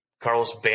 Carlos